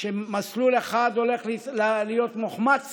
שמסלול אחד הולך להיות מוחמץ